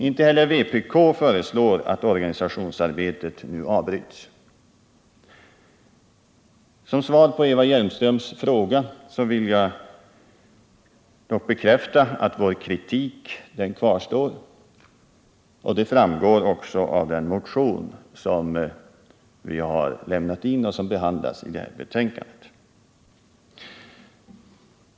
Inte heller vpk föreslår att organisationsarbetet nu avbryts. Som svar på Eva Hjelmströms fråga vill jag bekräfta att vår kritik kvarstår, och det framgår också av den motion som vi har väckt och som behandlas i det här betänkandet.